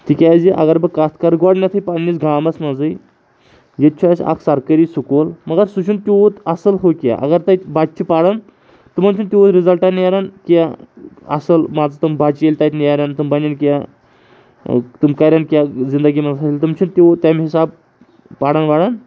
تِکیازِ اگر بہٕ کَتھ کَرٕ گۄڈنٮ۪تھٕے پںٛںِس گامَس منٛزٕے ییٚتہِ چھُ اَسِہ اَکھ سرکٲری سکوٗل مگر سُہ چھِنہٕ تیوٗت اَصٕل ہُہ کینٛہہ اگر تَتہِ بَچہِ چھِ پَران تمَن چھنہٕ تیوٗت رِزَلٹ نیران کینٛہہ اَصٕل مان ژٕ تِم بَچہِ ییٚلہِ تَتہِ نیران تِم بَنن کینٛہہ تِم کَرَن کینٛہہ زندگی منٛز حٲصِل تِم چھِنہٕ تیوٗت تَمہِ حساب پَران وَران